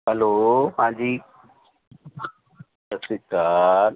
hello ਹਾਂਜੀ ਸਤਿ ਸ਼੍ਰੀ ਅਕਾਲ